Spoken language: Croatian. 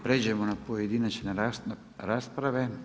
Pređimo na pojedinačne rasprave.